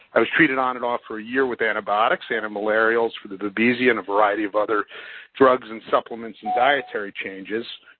i was treated on and off for a year with antibiotics, anti-malarials for the babesia, and a variety of other drugs and supplements and dietary changes.